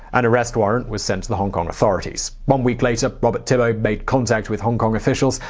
an arrest warrant was sent to the hong kong authorities. one week later, robert tibbo made contact with hong kong officials,